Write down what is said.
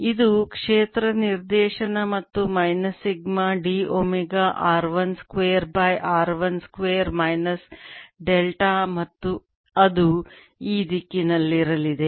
ಇದು ಕ್ಷೇತ್ರ ನಿರ್ದೇಶನ ಮತ್ತು minus sigma d omega r 1 square by r 1 square minus delta ಮತ್ತು ಅದು ಈ ದಿಕ್ಕಿನಲ್ಲಿರಲಿದೆ